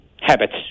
habits